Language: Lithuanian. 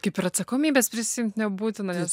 kaip ir atsakomybės prisiimt nebūtina nes